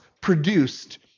produced